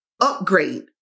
upgrade